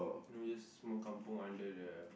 no this small kampung under the